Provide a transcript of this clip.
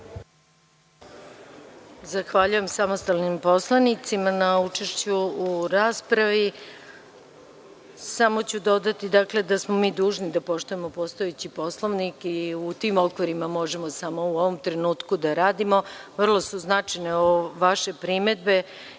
Zahvaljujem samostalnim poslanicima na učešću u raspravi. Samo ću dodati da smo mi dužni da poštujemo postojeći Poslovnik i u tim okvirima samo možemo u ovom trenutku da radimo. Vrlo su značajne vaše primedbe.